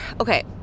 Okay